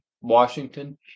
Washington